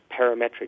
parametric